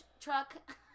truck